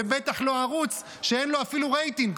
ובטח לא ערוץ שאין לו אפילו רייטינג,